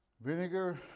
Vinegar